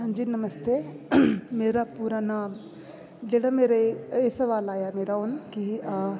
हां जी नमस्ते मेरा पूरा नाम जेह्ड़ा मेरे एह् सवाल आया मेरा हून की अ